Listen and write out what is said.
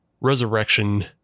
resurrection